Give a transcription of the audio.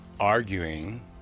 Arguing